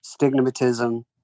stigmatism